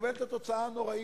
מתקבלת התוצאה הנוראית,